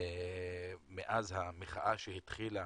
מאז המחאה שהתחילה